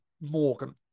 Morgan